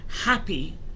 happy